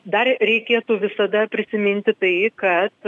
dar reikėtų visada prisiminti tai kad